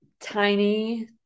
tiny